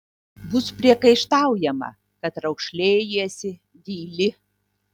bus priekaištaujama kad raukšlėjiesi dyli